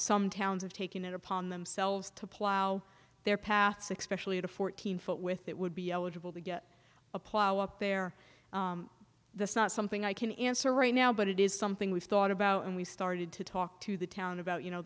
some towns of taking it upon themselves to plow their paths expect a fourteen foot with it would be eligible to get a plow up there that's not something i can answer right now but it is something we've thought about and we started to talk to the town about you know